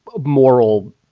moral